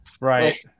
right